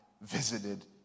visited